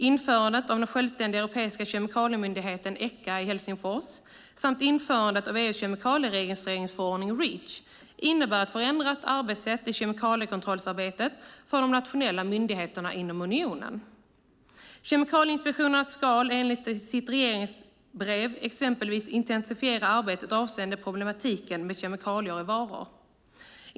Införandet av den självständiga europeiska kemikaliemyndigheten, Echa, i Helsingfors samt införandet av EU:s kemikalieregistreringsförordning, Reach, innebär ett förändrat arbetssätt i kemikaliekontrollsarbetet för de nationella myndigheterna inom unionen. Kemikalieinspektionen ska enligt sitt regleringsbrev exempelvis intensifiera arbetet avseende problematiken med kemikalier i varor.